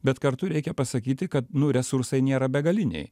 bet kartu reikia pasakyti kad nu resursai nėra begaliniai